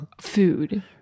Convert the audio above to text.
food